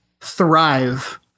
thrive